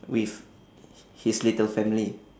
with his little family